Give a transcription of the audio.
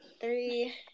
Three